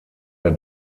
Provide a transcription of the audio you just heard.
der